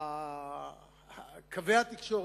קווי התקשורת.